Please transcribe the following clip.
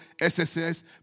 SSS